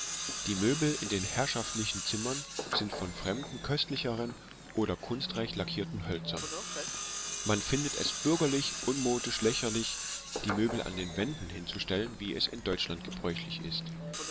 die möbel in den herrschaftlichen zimmern sind von fremden köstlicheren oder kunstreich lackierten hölzern man findet es bürgerlich unmodisch lächerlich die möbel an den wänden hinzustellen wie es in deutschland gebräuchlich ist